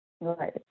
Right